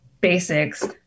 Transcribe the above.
basics